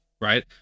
right